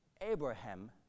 Abraham